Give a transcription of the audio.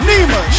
Nima